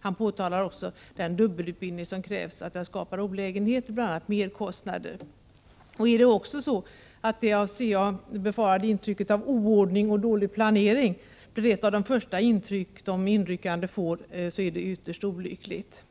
Han påtalar också att den dubbelutbildning som krävs skapar stora olägenheter, bl.a. merkostnader. Om det också blir så, som chefen för armén befarar, att ett av de första intryck de inryckande får är ett intryck av oordning och dålig planering, är detta ytterst olyckligt.